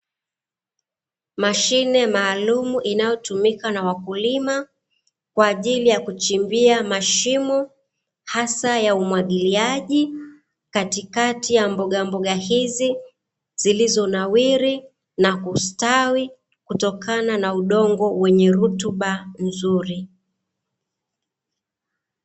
Mashine maalumu inayotumika na wakulima, kwa ajili ya kuchimbia mashimo, hasa ya umwagiliaji, katikati ya mbogamboga hizi zilizonawiri na kustawi, kutokana na udongo wenye rutuba nzuri.